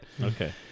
Okay